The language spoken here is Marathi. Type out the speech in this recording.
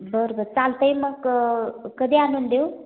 बरं बर चालतंय मग कधी आणून देऊ